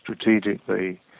strategically